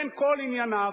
בין כל ענייניו,